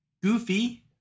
Goofy